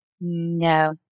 No